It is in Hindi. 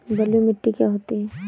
बलुइ मिट्टी क्या होती हैं?